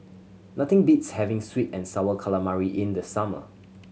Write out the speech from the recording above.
nothing beats having sweet and Sour Calamari in the summer